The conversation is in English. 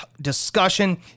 discussion